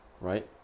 right